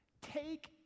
take